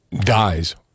dies